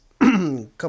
couple